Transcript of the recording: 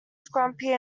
scrumpy